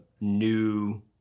new